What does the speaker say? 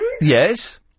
Yes